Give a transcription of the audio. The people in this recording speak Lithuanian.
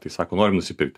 tai sako norim nusipirkti